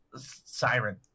Siren